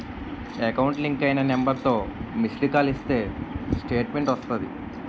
account link అయిన నెంబర్తో missed call ఇస్తే స్టేట్మెంటు వస్తాది